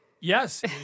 Yes